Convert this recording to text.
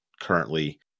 currently